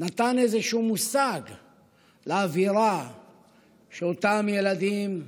נתן איזשהו מושג על האווירה שאותם ילדים,